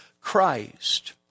Christ